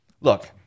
look